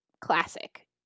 classic